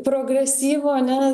progresyvų ane